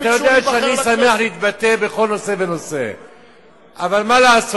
אתה יודע שאני שמח להתבטא בכל נושא ונושא.